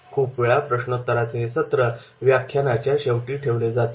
खूप वेळा प्रश्नोत्तराचे हे सत्र व्याख्यानाच्या शेवटी ठेवले जाते